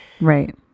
Right